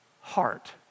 heart